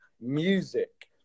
music